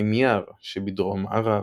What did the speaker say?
וחמיר שבדרום ערב.